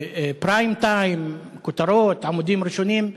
בפריים-טיים, בכותרות, עמודים ראשונים.